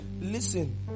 Listen